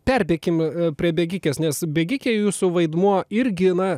perbėkim prie bėgikės nes bėgike jūsų vaidmuo irgi na